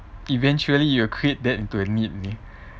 eventually you'll create that into a need